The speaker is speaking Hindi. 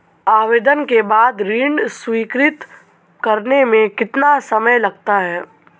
आवेदन के बाद ऋण स्वीकृत करने में कितना समय लगता है?